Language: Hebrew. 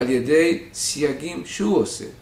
על ידי סייגים שהוא עושה